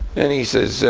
and he says,